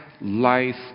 life